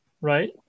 right